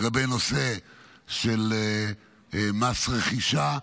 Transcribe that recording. לגבי הנושא של מס רכישה,